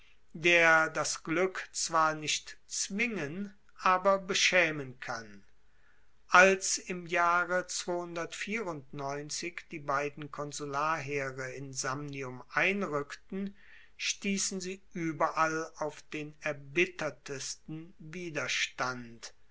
der das glueck zwar nicht zwingen aber beschaemen kann als im jahre die beiden konsularheere in samnium einrueckten stiessen sie ueberall auf den erbittertsten widerstand